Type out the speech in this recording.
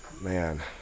Man